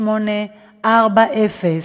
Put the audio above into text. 8840*,